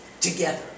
Together